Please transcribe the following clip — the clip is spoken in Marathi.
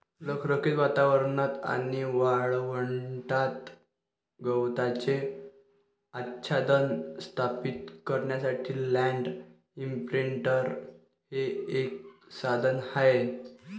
रखरखीत वातावरणात आणि वाळवंटात गवताचे आच्छादन स्थापित करण्यासाठी लँड इंप्रिंटर हे एक साधन आहे